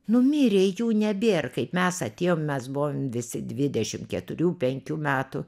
nu mirė jų nebėr kaip mes atėjom mes buvom visi dvidešim keturių penkių metų